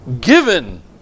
given